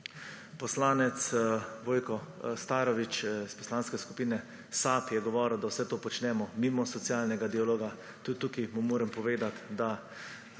Poslanec Vojko Starović iz Poslanske skupine SAB je govoril, da vse to počnemo mimo socialnega dialoga. Tudi tukaj mu moram povedati, da